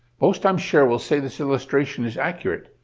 most, i'm sure, will say this illustration is accurate.